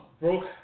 broke